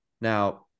Now